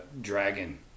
Dragon